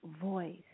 voice